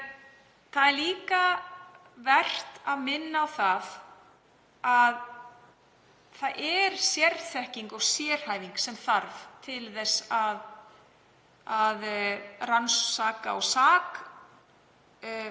Það er líka vert að minna á að það þarf sérþekkingu og sérhæfingu til þess að rannsaka og sakfella